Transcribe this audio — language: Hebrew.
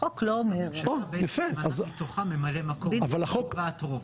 החוק לא אומר, לא צריך רוב,